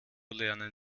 lernen